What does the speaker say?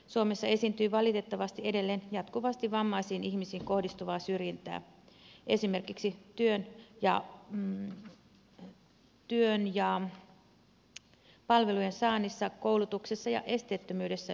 suomessa esiintyy valitettavasti edelleen jatkuvasti vammaisiin ihmisiin kohdistuvaa syrjintää esimerkiksi työn ja palvelujen saannissa koulutuksessa ja esteettömyydessä ylipäänsä